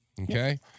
Okay